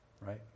right